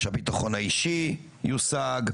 שהביטחון האישי יושג,